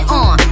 on